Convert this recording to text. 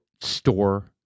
store